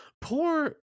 poor